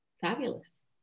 Fabulous